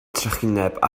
trychineb